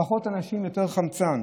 פחות אנשים יותר חמצן,